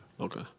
okay